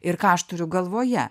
ir ką aš turiu galvoje